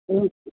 ഉം